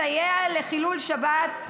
מסייע לחילול שבת,